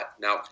Now